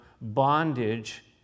bondage